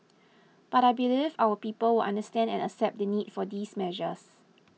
but I believe our people will understand and accept the need for these measures